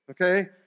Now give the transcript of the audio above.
Okay